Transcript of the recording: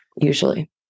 Usually